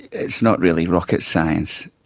it's not really rocket science.